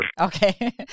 Okay